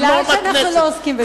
משום שאנחנו לא עוסקים בדוברות.